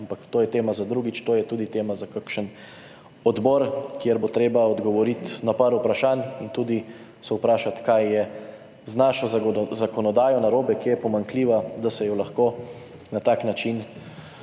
ampak to je tema za drugič, to je tudi tema za kakšen Odbor, kjer bo treba odgovoriti na par vprašanj in tudi se vprašati kaj je z našo zakonodajo narobe, ki je pomanjkljiva, da se jo lahko na tak način